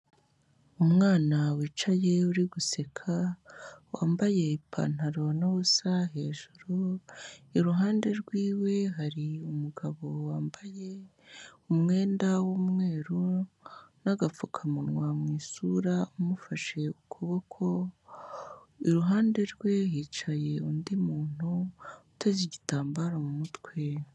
Umwana wicaye uri guseka, wambaye ipantaro n'ubusa hejuru, iruhande rwiwe hari umugabo wambaye umwenda w'umweru n'agapfukamunwa mu isura, umufashe ukuboko, iruhande rwe hicaye undi muntu, uteze igitambaro mu mutwe.